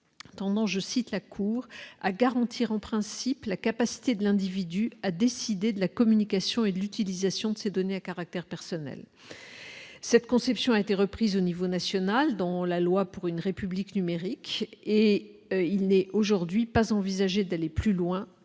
tendance, je cite la cour à garantir en principe la capacité de l'individu, a décidé de la communication et de l'utilisation de ces données à caractère personnel cette conception a été reprise au niveau national dans la loi pour une République numérique et il n'est aujourd'hui pas envisager d'aller plus loin,